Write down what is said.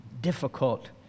difficult